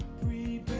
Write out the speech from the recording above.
read